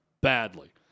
badly